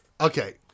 Okay